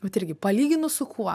vat irgi palyginus su kuo